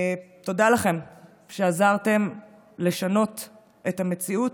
תודה לכם על שעזרתם לשנות את המציאות,